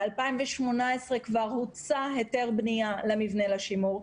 ב-2018 כבר הוצא היתר בנייה למבנה לשימור,